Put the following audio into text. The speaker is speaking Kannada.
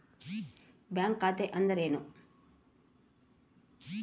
ಬ್ಯಾಂಕ್ ಖಾತೆ ಅಂದರೆ ಏನು?